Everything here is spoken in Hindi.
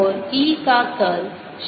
और E का कर्ल 0 है